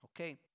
Okay